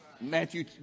Matthew